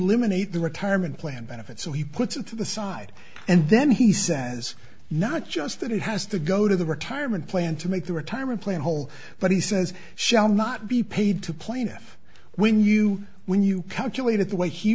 eight the retirement plan benefits so he puts it to the side and then he says not just that it has to go to the retirement plan to make the retirement plan whole but he says shall not be paid to plan it when you when you calculate it the way he